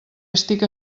estic